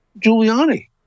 Giuliani